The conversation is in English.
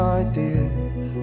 ideas